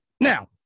Now